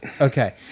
Okay